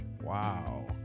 Wow